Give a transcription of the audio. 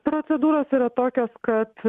procedūros yra tokios kad